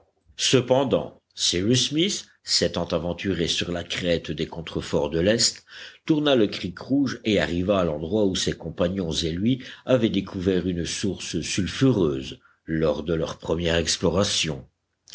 cependant cyrus smith s'étant aventuré sur la crête des contreforts de l'est tourna le creek rouge et arriva à l'endroit où ses compagnons et lui avaient découvert une source sulfureuse lors de leur première exploration